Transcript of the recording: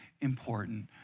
important